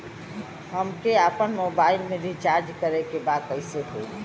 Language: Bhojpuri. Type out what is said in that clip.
हमके आपन मोबाइल मे रिचार्ज करे के बा कैसे होई?